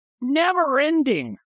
never-ending